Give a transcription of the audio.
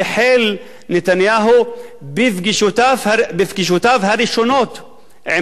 החל נתניהו בפגישותיו הראשונות עם